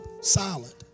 silent